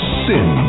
sin